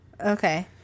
okay